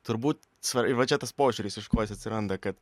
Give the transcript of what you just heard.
turbūt svar ir va čia tas požiūris iš ko jis atsiranda kad